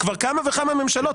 הוא היה כך בכמה וכמה ממשלות.